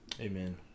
Amen